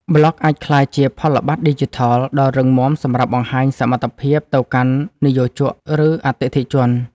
ប្លក់អាចក្លាយជាផលប័ត្រឌីជីថល ដ៏រឹងមាំសម្រាប់បង្ហាញសមត្ថភាពទៅកាន់និយោជក ឬអតិថិជន។